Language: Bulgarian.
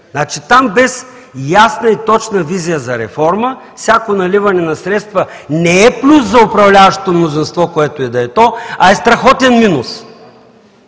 там без ясна и точна визия за реформа всяко наливане на средства не е плюс за управляващото мнозинство, което и да е то, а е страхотен минус.